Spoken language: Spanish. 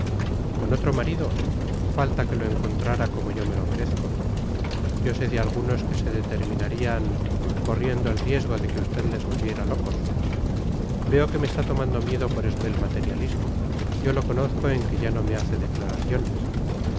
con otro marido falta que lo encontrara como yo me lo merezco yo sé de algunos que se determinarían corriendo el riesgo de que usted les volviera locos veo que me está tomando miedo por esto del materialismo yo lo conozco en que ya no me hace declaraciones